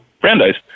Brandeis